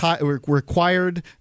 required